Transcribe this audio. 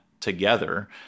together